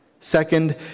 Second